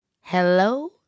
Hello